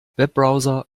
webbrowser